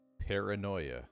Paranoia